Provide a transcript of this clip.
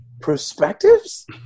perspectives